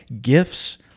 Gifts